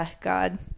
God